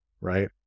right